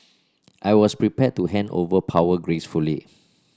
I was prepared to hand over power gracefully